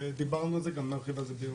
מבינה.